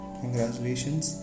congratulations